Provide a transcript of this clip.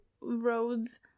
roads